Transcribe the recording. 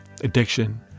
addiction